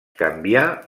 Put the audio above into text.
canvià